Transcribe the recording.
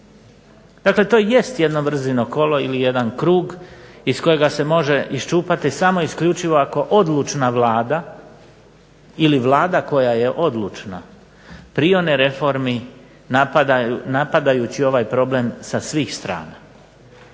Dakle, to jest jedno …/Ne razumije se./… kolo ili jedan krug iz kojega se može iščupati samo isključivo ako odlučna Vlada ili Vlada koja je odlučna prionemo reformi napadajući ovaj problem sa svih strana.